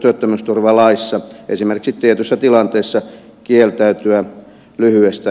työttömyysturvalaissa esimerkiksi tietyissä tilanteissa kieltäytyä lyhyestä työtarjouksesta